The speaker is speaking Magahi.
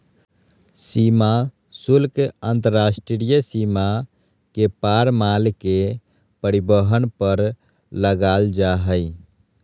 सीमा शुल्क अंतर्राष्ट्रीय सीमा के पार माल के परिवहन पर लगाल जा हइ